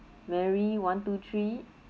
mary one two three